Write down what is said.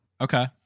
okay